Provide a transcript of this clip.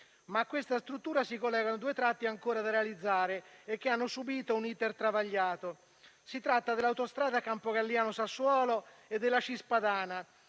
Ma a questa struttura si collegano due tratti ancora da realizzare, che hanno subito un *iter* travagliato. Si tratta dell'autostrada Campogalliano-Sassuolo e della Cispadana.